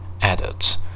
adults